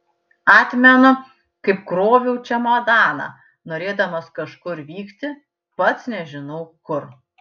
atmenu kaip kroviau čemodaną norėdamas kažkur vykti pats nežinau kur